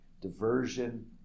diversion